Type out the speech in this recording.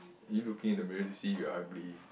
are you looking in the mirror to see if you're ugly